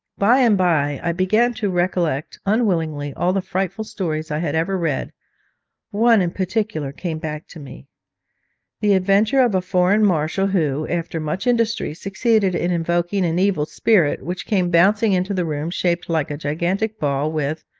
by-and-by i began to recollect unwillingly all the frightful stories i had ever read one in particular came back to me the adventure of a foreign marshal who, after much industry, succeeded in invoking an evil spirit, which came bouncing into the room shaped like a gigantic ball, with,